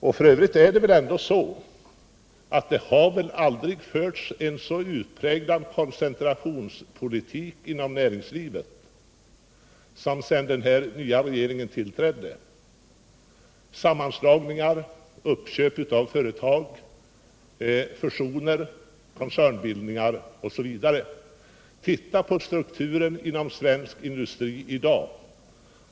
F. ö. är det ju så att det aldrig tidigare har förts en så utpräglad koncentrationspolitik inom näringslivet som sedan den nya regeringen tillträdde - sammanslagningar, uppköp av företag, fusioner, koncernbildningar osv. Titta på strukturen inom svensk industri i dag!